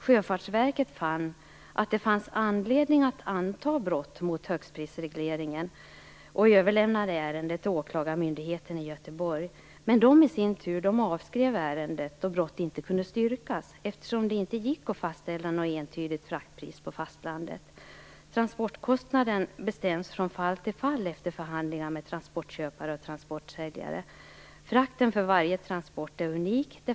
Sjöfartsverket fann att det fanns anledning att anta brott mot högstprisregleringen och överlämnade ärendet till åklagarmyndigheten i Göteborg. Där avskrev man i sin tur ärendet då brott inte kunde styrkas, eftersom det inte gick att fastställa något entydigt fraktpris på fastlandet. Transportkostnaden bestäms från fall till fall efter förhandlingar med transportköpare och transportsäljare. Frakten är unik för varje transport.